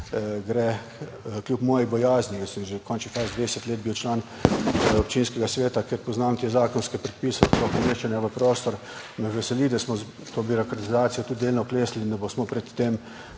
gre kljub moji bojazni, jaz sem že v končni fazi 20 let bil član občinskega sveta, ker poznam te zakonske predpise, sploh umeščanja v prostor, me veseli, da smo s to birokratizacijo tudi delno oklestili in da smo pred tem,